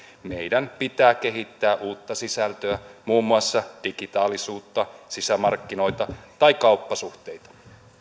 meidän pitää kehittää uutta sisältöä muun muassa digitaalisuutta sisämarkkinoita tai kauppasuhteita